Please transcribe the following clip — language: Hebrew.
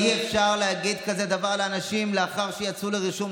אי-אפשר להגיד כזה דבר לאנשים לאחר שיצאו לרישום,